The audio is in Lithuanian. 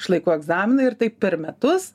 išlaiko egzaminą ir taip per metus